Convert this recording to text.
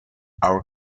our